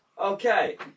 Okay